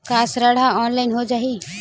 का ऋण ह ऑनलाइन हो जाही?